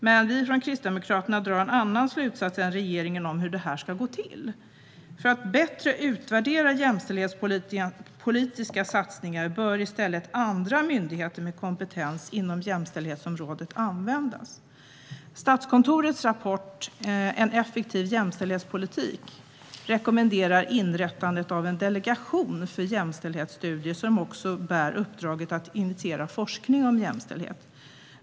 Men vi från Kristdemokraterna drar en annan slutsats än regeringen om hur det ska gå till. För att bättre utvärdera jämställdhetspolitiska satsningar bör i stället andra myndigheter med kompetens inom jämställdhetsområdet användas. Statskontorets rapport En effektivare jämställdhetspolitik rekommenderar inrättandet av en delegation för jämställdhetsstudier, som också bär uppdraget att initiera forskning om jämställdhet.